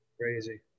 Crazy